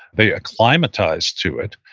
they acclimatized to it,